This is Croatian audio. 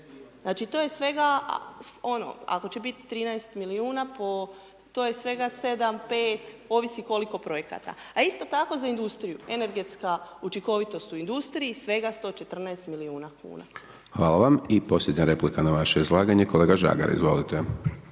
Znači, to je svega, ono, ako će biti 13 milijuna po, to je svega 7, 5, ovisi koliko projekata. A isto tako za industriju, energetska učinkovitost u industriji svega 114 milijuna kuna. **Hajdaš Dončić, Siniša (SDP)** Hvala vam. I posljednja replika na vaše izlaganje, kolega Žagar izvolite.